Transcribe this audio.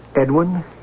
Edwin